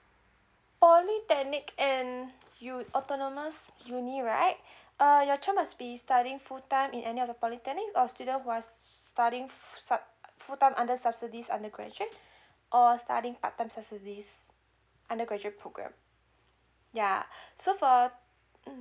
polytechnic and u~ autonomous uni right uh your child must be studying full time in any of the polytechnics or student was studying sub full time under subsidies undergraduate or studying part time subsidies undergraduate program yeah so for hmm